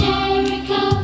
Jericho